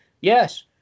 Yes